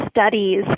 studies